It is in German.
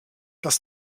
dass